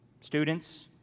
Students